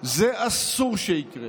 זה אסור שיקרה.